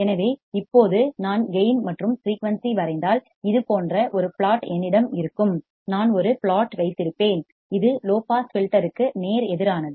எனவே இப்போது நான் கேயின் மற்றும் ஃபிரீயூன்சி வரைந்தால் இது போன்ற ஒரு பிளாட் என்னிடம் இருக்கும் நான் ஒரு பிளாட் வைத்திருப்பேன் இது லோ பாஸ் ஃபில்டர் க்கு நேர் எதிரானது